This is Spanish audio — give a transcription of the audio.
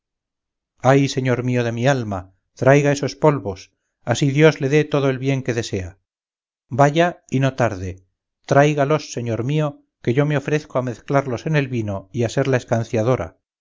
ay señor mío de mi alma traiga esos polvos así dios le dé todo el bien que desea vaya y no tarde tráigalos señor mío que yo me ofrezco a mezclarlos en el vino y a ser la